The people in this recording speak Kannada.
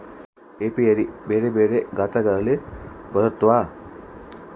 ಏಪಿಯರಿ ಬೆರೆ ಬೆರೆ ಗಾತ್ರಗಳಲ್ಲಿ ಬರುತ್ವ